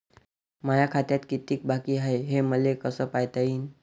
माया खात्यात कितीक बाकी हाय, हे मले कस पायता येईन?